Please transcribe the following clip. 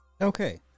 Okay